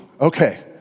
okay